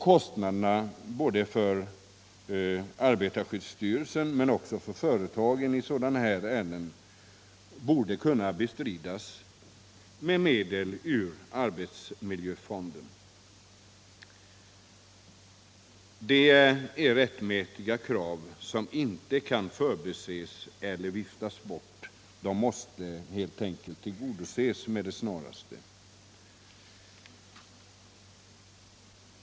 Kostnaderna härför, både för arbetarskyddsstyrelsen och för företag, borde i sådana här ärenden kunna bestridas med medel ur arbetsmiljöfonden. Det är rättmätiga krav, som inte kan förbises eller viftas bort. De måste helt enkelt tillgodoses med det snaraste.